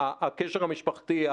הקשר המשפחתי,